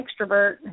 extrovert